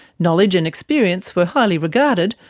knowledge and experience were highly regarded,